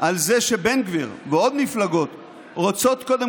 על זה שבן גביר ועוד מפלגות רוצות קודם